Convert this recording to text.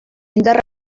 indarrak